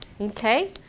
okay